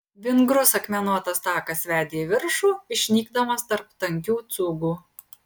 vingrus akmenuotas takas vedė į viršų išnykdamas tarp tankių cūgų